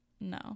no